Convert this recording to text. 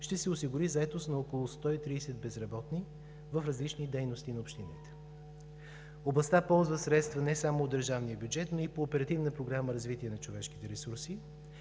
ще се осигури заетост на около 130 безработни в различни дейности на общините. Областта ползва средства не само от държавния бюджет, но и по Оперативна програма „Развитие на човешките ресурси“.